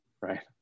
Right